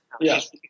yes